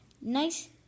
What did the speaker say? Nice